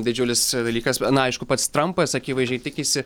didžiulis dalykas na aišku pats trampas akivaizdžiai tikisi